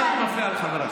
למה את מפריעה לחברה?